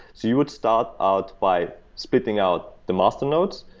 you would start out by splitting out the master nodes,